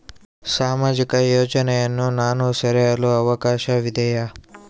ಸಾಮಾಜಿಕ ಯೋಜನೆಯನ್ನು ನಾನು ಸೇರಲು ಅವಕಾಶವಿದೆಯಾ?